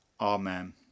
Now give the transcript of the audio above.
Amen